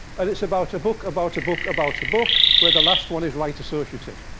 and it's about a book about a book about a book, where the last one is right associative.